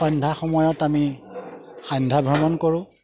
সন্ধ্যা সময়ত আমি সন্ধ্যা ভ্ৰমণ কৰোঁ